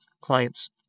clients